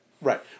Right